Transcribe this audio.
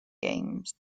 games